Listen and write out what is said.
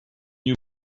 you